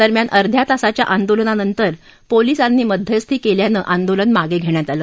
दरम्यान अध्या तासाच्या आंदोलनानंतर पोलिसांनी मध्यस्थी केल्याने आंदोलन मागे घेण्यात आलं